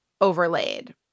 overlaid